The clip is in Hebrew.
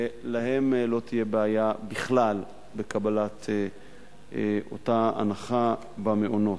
להם לא תהיה בעיה בכלל בקבלת אותה הנחה במעונות.